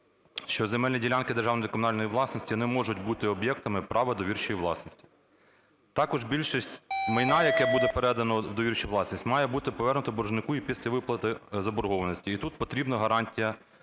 що земельні ділянки державної та комунальної власності не можуть бути об'єктами права довірчої власності. Також більшість майна, яке буде передане у довірчу власність, має бути повернуто боржнику і після виплати заборгованості. І тут потрібна гарантія,